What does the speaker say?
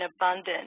abundant